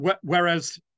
Whereas